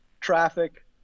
traffic